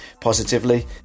positively